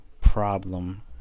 problem